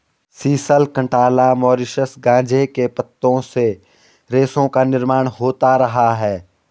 sisal, cantala, Mauritius गांजे के पत्तों से रेशों का निर्माण होता रहा है